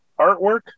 artwork